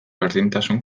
berdintasun